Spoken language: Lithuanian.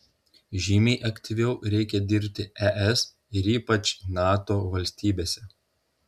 žymiai aktyviau reikia dirbti es ir ypač nato valstybėse